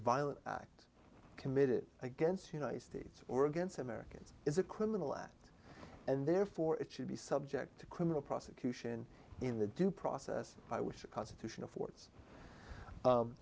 violent act committed against united states or against americans is a criminal act and therefore it should be subject to criminal prosecution in the due process by which the constitution affords